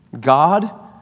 God